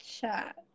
chat